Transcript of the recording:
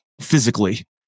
physically